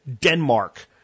Denmark